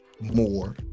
more